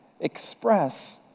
express